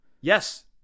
Yes